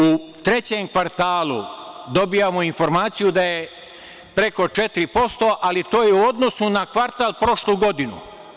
U trećem kvartalu dobijamo informaciju da je preko 4%, ali to je u odnosu na kvartal prošle godine.